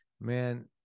man